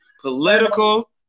Political